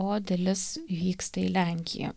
o dalis vyksta į lenkiją